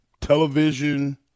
television